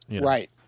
Right